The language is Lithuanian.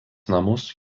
namus